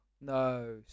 No